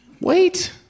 Wait